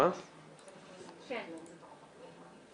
מה יש לך להחכים אותי?